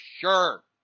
sure